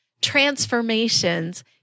transformations